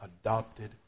adopted